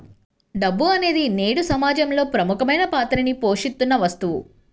డబ్బు అనేది నేడు సమాజంలో ప్రముఖమైన పాత్రని పోషిత్తున్న వస్తువు